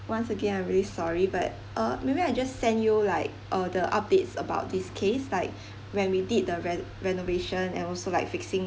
once again I'm really sorry but uh maybe I just send you like uh the updates about this case like when we did the ren~ renovation and also like fixing